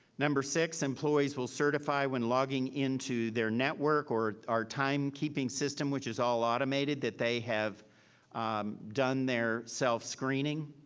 number six, employees will certify when logging into their network or our time keeping system, which is all automated, that they have done their self screening,